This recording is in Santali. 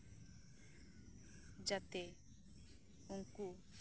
ᱡᱟᱛᱮ ᱩᱱᱠᱩ